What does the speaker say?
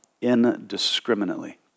indiscriminately